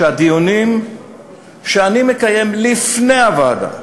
שהדיונים שאני מקיים לפני ישיבת הוועדה,